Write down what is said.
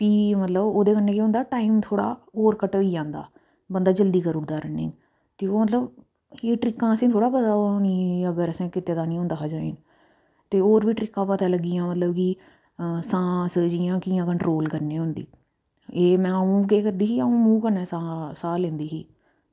भी मतलब ओह्दे कन्नै केह् होंदा टैम थोह्ड़ा होर घटोई जंदा बंदा जल्दी करी ओड़दा रनिंग ते मतलब एह् ट्रिकां असेंगी थोह्ड़े पता होनी अगर कीते दा निं होंदा हा ज्वाईन ते होर बी ट्रिकां पता लग्गी गेइयां मतलब कि सांस जियां की कियां करनी होंदी एह् अंऊ केह् करदी हीा अंऊ मूहैं कन्नै साह् लैौंदी होंदी